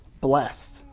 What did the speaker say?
blessed